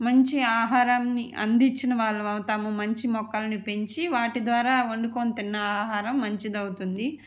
మంచి ఆహారాన్ని అందించిన వాళ్ళం అవుతాము మంచి మొక్కల్ని పెంచి వాటి ద్వారా వండుకొని తిన్న ఆహారం మంచిది అవుతుంది